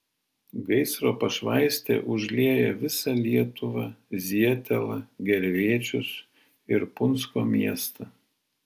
gaisro pašvaistė užlieja visą lietuvą zietelą gervėčius ir punsko miestą